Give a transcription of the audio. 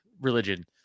religion